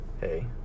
Hey